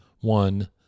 one